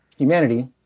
humanity